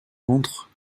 montre